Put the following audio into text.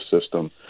system